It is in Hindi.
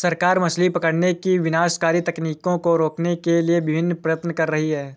सरकार मछली पकड़ने की विनाशकारी तकनीकों को रोकने के लिए विभिन्न प्रयत्न कर रही है